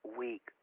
week